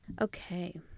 Okay